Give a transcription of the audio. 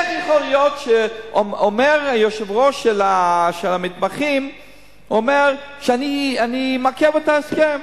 איך יכול להיות שאומר היושב-ראש של המתמחים שאני מעכב את ההסכם?